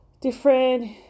different